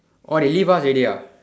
oh they leave us already ah